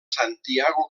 santiago